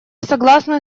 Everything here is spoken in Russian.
согласны